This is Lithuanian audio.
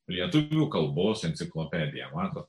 lietuvių kalbos enciklopedija matot